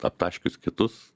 aptaškius kitus